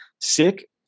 Sick